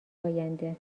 آینده